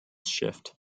shift